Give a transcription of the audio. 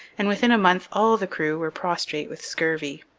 and within a month all the crew were prostrate with scurvy.